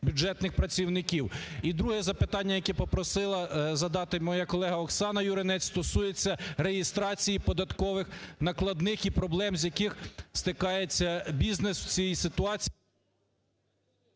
бюджетних працівників. І друге запитання, яке попросила задати моя колега Оксана Юринець, стосується реєстрації податкових накладних і проблем, з якими стикається бізнес в цій ситуації…